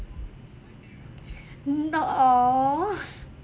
no oh